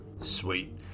Sweet